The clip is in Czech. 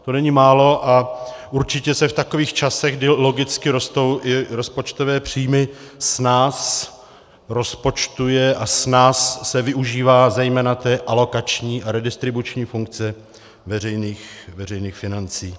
To není málo a určitě se v takových časech, kdy logicky rostou i rozpočtové příjmy, snáz rozpočtuje a snáz se využívá zejména té alokační redistribuční funkce veřejných financí.